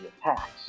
attacks